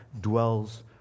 dwells